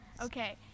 Okay